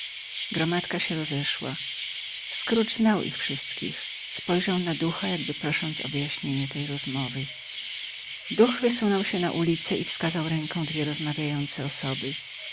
gromadka się rozeszła scrooge znał ich wszystkich spojrzał na ducha jakby prosząc o wyjaśnienie tej rozmowy duch wysunął się na ulicę i wskazał ręką dwie rozmawiające osoby